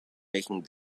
making